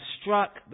struck